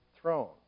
throne